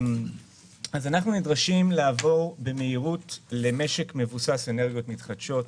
אנחנו נדרשים לעבור במהירות למשק מבוסס אנרגיות מתחדשות,